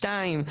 שתיים,